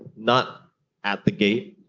not at the gate,